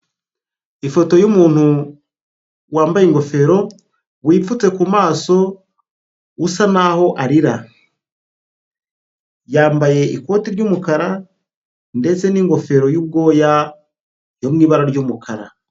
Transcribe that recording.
Ifoto y'umuntu wambaye ingofero, wipfutse ku maso usa n'aho arira, yambaye ikoti ry'umukara ndetse n'ingofero y'ubwoya yo mu ibara ry'umukara.